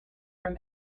from